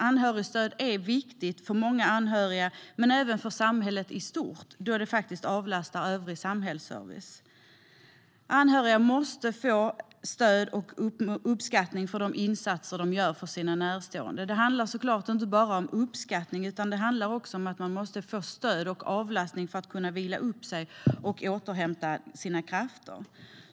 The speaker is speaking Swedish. Anhörigstöd är viktigt för många anhöriga men även för samhället i stort då det faktiskt avlastar övrig samhällsservice. Anhöriga måste få stöd och uppskattning för de insatser som de gör för sina närstående. Det handlar såklart inte bara om uppskattning utan också att de måste få stöd och avlastning för att kunna vila upp sig och återhämta sina krafter.